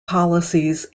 policies